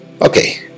Okay